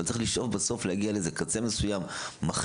אבל צריך לשאוף בסוף להגיע לאיזה שהוא קצה מסוים מחמיר,